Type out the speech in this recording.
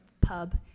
pub